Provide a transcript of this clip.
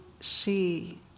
see